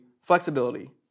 flexibility